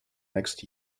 next